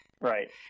right